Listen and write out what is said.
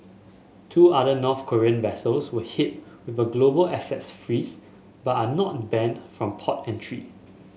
two other North Korean vessels were hit with a global assets freeze but are not banned from port entry